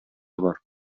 бар